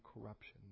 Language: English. corruption